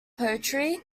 poultry